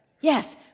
Yes